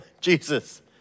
Jesus